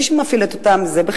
מי שמפעיל את אותם מוסדות,